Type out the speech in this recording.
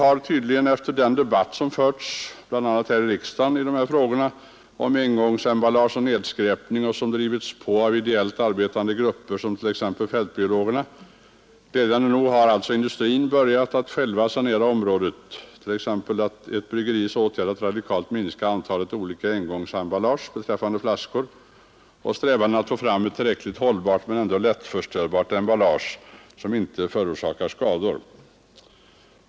Detta har tydligen skett efter den debatt som förts bl.a. här i riksdagen om engångsemballaget och nedskräpningen, en debatt som drivits på av ideellt arbetande grupper, t.ex. fältbiologerna. Nämnas kan också att ett bryggeri radikalt sökt minska antalet olika engångsflaskor. Försök pågår också att få fram ett tillräckligt hållbart men ändock lättförstörbart emballage som inte kan förorsaka skador.